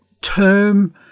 term